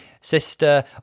Sister